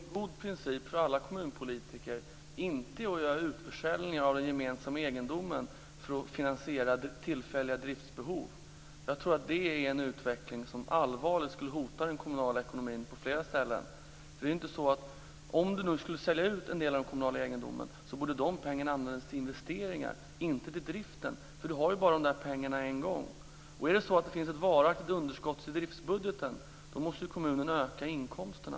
Fru talman! Jag tror att det är en god princip för alla kommunpolitiker att inte göra utförsäljningar av den gemensamma egendomen för att finansiera tillfälliga driftsbehov. Det är en utveckling som allvarligt skulle hota den kommunala ekonomin på flera ställen. Om man skulle sälja ut den kommunala egendomen borde de pengarna användas till investeringar, inte till driften. Man har ju pengarna bara en gång. Om det finns ett varaktigt underskott i driftsbudgeten måste ju kommunerna öka inkomsterna.